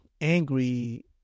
angry